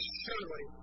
surely